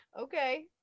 Okay